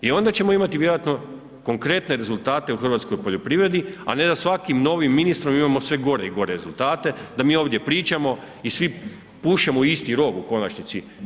I onda ćemo imati vjerojatno konkretne rezultate u hrvatskoj poljoprivredi, a ne da svaki novim ministrom imamo sve gore i gore rezultate, da mi ovdje pričamo i svi puše u isti rok u konačnici.